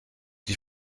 die